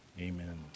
Amen